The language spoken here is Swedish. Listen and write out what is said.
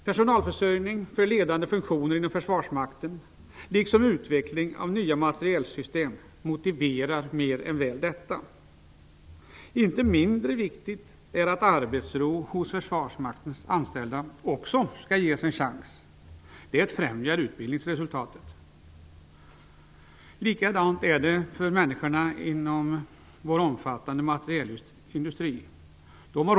Personalförsörjning vad gäller ledande funktioner inom försvarsmakten liksom utveckling av nya materielsystem motiverar mer än väl detta. Inte mindre viktigt är att försvarsmaktens anställda också skall ges en chans att få arbetsro. Det främjar utbildningsresultatet. Likadant är det för människorna inom vår omfattande materielindustri.